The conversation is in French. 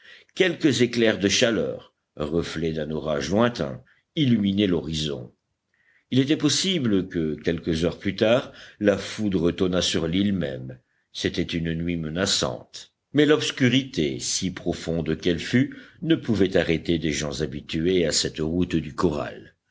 quelques éclairs de chaleur reflets d'un orage lointain illuminaient l'horizon il était possible que quelques heures plus tard la foudre tonnât sur l'île même c'était une nuit menaçante mais l'obscurité si profonde qu'elle fût ne pouvait arrêter des gens habitués à cette route du corral